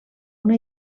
una